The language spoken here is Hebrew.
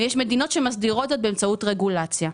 ויש מדינות שמסדירות את זה באמצעות רגולציה.